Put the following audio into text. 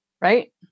right